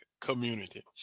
community